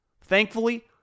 Thankfully